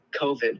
COVID